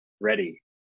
Ready